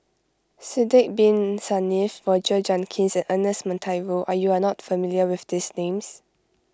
Sidek Bin Saniff Roger Jenkins and Ernest Monteiro are you are not familiar with these names